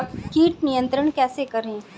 कीट नियंत्रण कैसे करें?